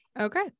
okay